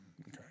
Okay